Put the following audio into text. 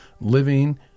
living